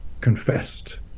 confessed